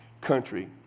country